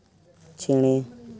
ᱪᱮᱬᱮ